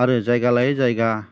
आरो जायगा लायै जायगा